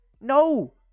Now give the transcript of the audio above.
No